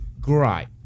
Great